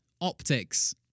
Optics